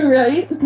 right